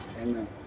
Amen